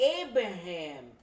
Abraham